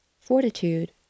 Fortitude